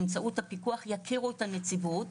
באמצעות הפיקוח יכירו את הנציבות.